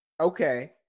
okay